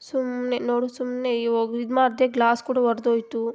ಸುಮ್ಮನೆ ನೋಡು ಸುಮ್ಮನೆ ಇವಾಗ ಇದು ಮಾಡಿದೆ ಗ್ಲಾಸ್ ಕೂಡ ಒಡೆದೋಯ್ತು